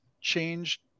changed